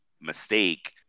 mistake